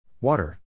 Water